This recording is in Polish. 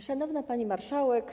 Szanowna Pani Marszałek!